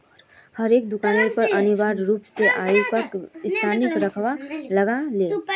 हरेक दुकानेर पर अनिवार्य रूप स क्यूआर स्कैनक रखवा लाग ले